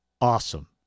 awesome